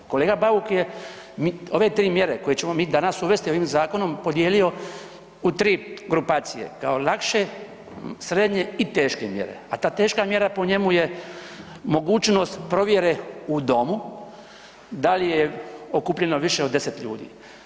Kolega Bauk je, ove 3 mjere koje ćemo mi danas uvesti ovim zakonom podijelio u 3 grupacije, kao lakše, srednje i teške mjere, a ta teška mjera po njemu je mogućnost provjere u domu, da li je okupljeno više od 10 ljudi.